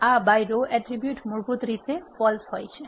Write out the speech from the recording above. આ by row attribute મુળભુત રીતે ખોટું હોય છે